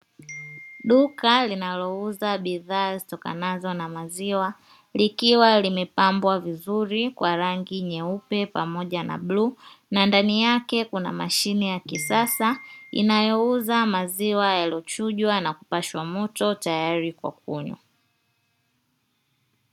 Duka linalouza bidhaa zitokanazo na maziwa likiwa limepambwa vizuri kwa rangi nyeupe pamoja na bluu na ndani yake kuna mashine ya kisasa inayouza maziwa yaliyochujwa na kupashwa moto tayari kwa kunywa.